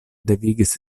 devigis